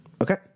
Okay